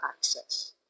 access